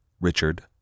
Richard